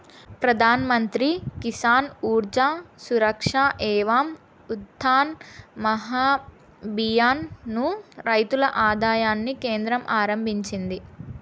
ప్రధాన్ మంత్రి కిసాన్ ఊర్జా సురక్ష ఏవం ఉత్థాన్ మహాభియాన్ ను రైతుల ఆదాయాన్ని కేంద్రం ఆరంభించింది